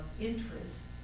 interest